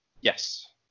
Yes